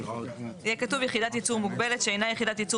יהיה כתוב יחידת ייצור מוגבלת שאינה יחידת ייצור